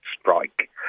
strike